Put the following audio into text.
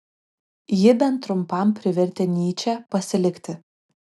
ji bent trumpam privertė nyčę pasilikti